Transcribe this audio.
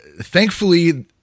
thankfully